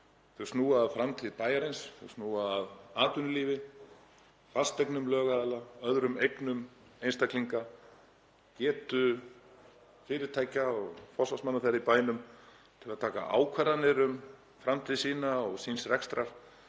Þau snúa að framtíð bæjarins, snúa að atvinnulífi, fasteignum lögaðila, öðrum eignum einstaklinga, getu fyrirtækja og forsvarsmanna þeirra í bænum til að taka ákvarðanir um framtíð sína og síns rekstrar